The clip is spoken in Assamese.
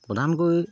প্ৰধানকৈ